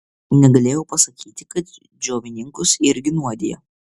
negalėjau pasakyti kad džiovininkus irgi nuodija